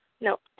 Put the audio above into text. No